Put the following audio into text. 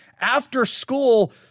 after-school